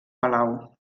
palau